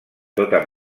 tota